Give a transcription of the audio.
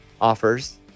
offers